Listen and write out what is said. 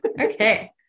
Okay